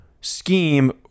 scheme